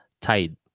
tide